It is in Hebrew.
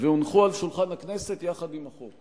והונחו על שולחן הכנסת יחד עם החוק,